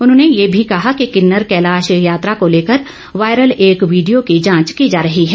उन्होंने ये भी कहा कि किन्नर कैलाश यात्रा को लेकर वायरल एक वीडियो की जांच की जा रही है